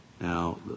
Now